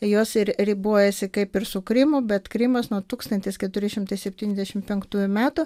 jos ir ribojasi kaip ir su krymu bet krymas nuo tūkstantis keturi šimtai septyniasdešimt penktųjų metų